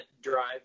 drive